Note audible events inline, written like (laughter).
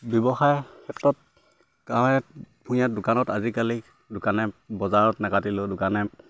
ব্যৱসায় ক্ষেত্ৰত (unintelligible) দোকানত আজিকালি দোকানে বজাৰত নাকাটিলেও দোকানে